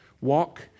Walk